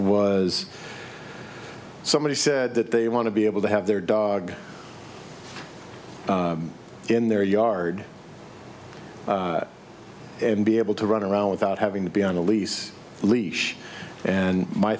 was somebody said that they want to be able to have their dog in their yard and be able to run around without having to be on a lease leash and my